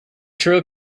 trail